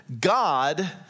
God